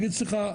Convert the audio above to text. להגיד סליחה,